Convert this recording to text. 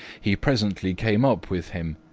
he presently came up with him,